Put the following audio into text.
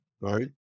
Right